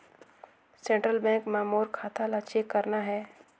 Central bank मां मोर खाता ला चेक करना हे?